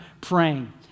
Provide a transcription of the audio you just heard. praying